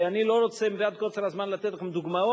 ואני לא רוצה, מפאת קוצר הזמן, לתת לכם דוגמאות.